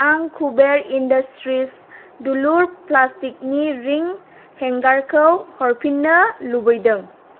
आं कुबेर इन्डास्ट्रिज दुलुर प्लास्टिकनि रिं हेंगारखौ हरफिन्नो लुबैदों